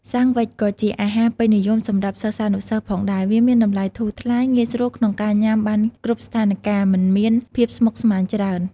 សាំងវ៉ិចក៏ជាអាហាពេញនិយមសម្រាប់សិស្សានុសិស្សផងដែរ វាមានតម្លៃធូរថ្លៃ ងាយស្រួលក្នុងការញាំបានគ្រប់ស្ថានការណ៍មិនមានភាពស្មុគស្មាញច្រើន។